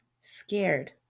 scared